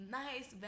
nice